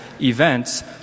events